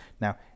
Now